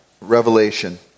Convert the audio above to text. Revelation